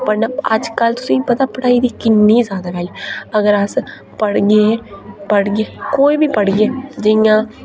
पढ़ना अजकल तुसेंगी पता पढ़ाई दी किन्नी ज्यादा वैल्यू अगर अस पढ़गे पढ़गे कोई बी पढ़गे जि'यां